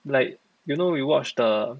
like you know we watched the